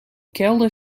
kelder